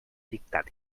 dictat